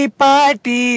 party